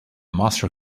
master